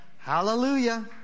Hallelujah